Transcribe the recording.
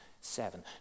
seven